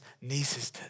nieces